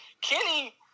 Kenny